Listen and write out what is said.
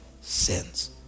sins